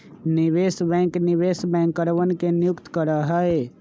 निवेश बैंक निवेश बैंकरवन के नियुक्त करा हई